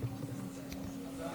הפנים